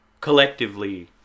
collectively